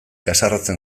haserretzen